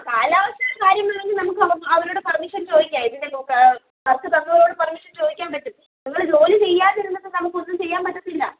കാലാവസ്ഥയുടെ കാര്യങ്ങൾ നമുക്ക് അവരോട് പെർമിഷൻ ചോദിക്കാം ഇതിന്റെ നോക്ക് വർക്ക് തന്നവരോട് പർമിഷൻ ചോദിക്കാൻ പറ്റില്ലേ നിങ്ങൾ ജോലി ചെയ്യാതിരുന്നിട്ട് നമുക്കൊന്നും ചെയ്യാൻ പറ്റത്തില്ല